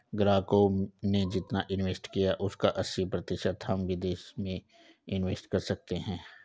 ग्राहकों ने जितना इंवेस्ट किया है उसका अस्सी प्रतिशत हम विदेश में इंवेस्ट कर सकते हैं